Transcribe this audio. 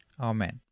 Amen